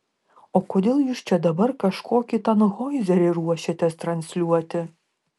o kodėl jūs čia dabar kažkokį tanhoizerį ruošiatės transliuoti